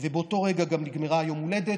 באותו רגע גם נגמר יום ההולדת,